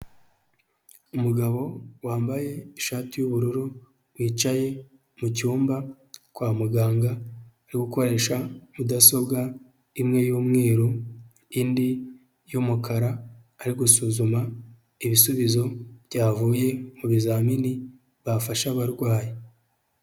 Umugabo wambaye ishati y'ubururu, wicaye mu cyumba kwa muganga ari gukoresha mudasobwa imwe y'umweru indi y'umukara, ari gusuzuma ibisubizo byavuye mu ibizamini bafashe abarwayi.